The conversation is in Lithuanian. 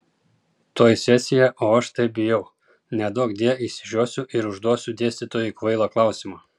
tuoj sesija o aš taip bijau neduokdie išsižiosiu ir užduosiu dėstytojui kvailą klausimą